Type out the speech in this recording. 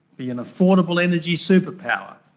be an affordable energy superpower,